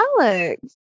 Alex